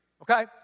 Okay